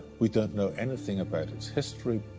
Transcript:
we don't know anything about its history,